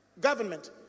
government